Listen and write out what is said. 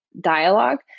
dialogue